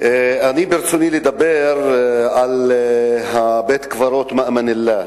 ברצוני לדבר על בית-הקברות "מאמן אללה".